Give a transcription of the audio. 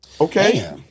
Okay